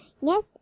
yes